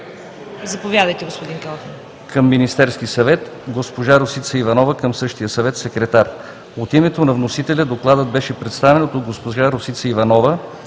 Заповядайте, господин Калфин,